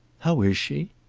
how is she?